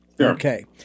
Okay